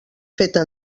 feta